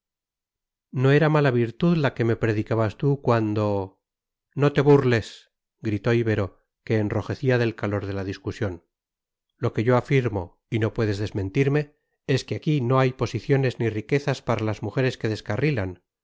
no era mala virtud la que me predicabas tú cuando no te burles gritó ibero que enrojecía del calor de la discusión lo que yo afirmo y no puedes desmentirme es que aquí no hay posiciones ni riquezas para las mujeres que descarrilan